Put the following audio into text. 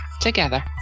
together